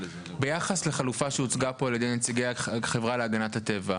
ביחס לחלופה שהוצגה פה על ידי נציגי החברה להגנת הטבע,